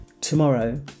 tomorrow